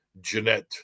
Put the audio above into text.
Jeanette